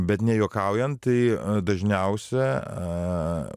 bet nejuokaujant tai dažniausia